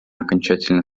окончательно